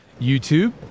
YouTube